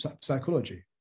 psychology